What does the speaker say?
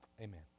Amen